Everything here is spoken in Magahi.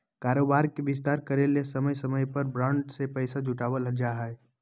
कारोबार के विस्तार करय ले समय समय पर बॉन्ड से पैसा जुटावल जा हइ